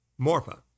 Morpha